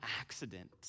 accident